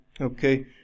Okay